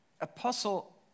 apostle